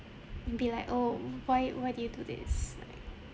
be like oh why why do you do this like